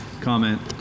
Comment